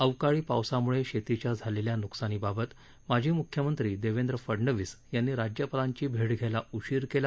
अवकाळी पावसामुळे शेतीच्या झालेल्या नुकसानीबाबत माजी मुख्यमंत्री देवेन्द्र फडनवीस यांनी राज्यापालांची भेट घ्यायला उशीर केला